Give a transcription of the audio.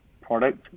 product